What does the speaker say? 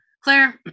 Claire